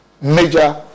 major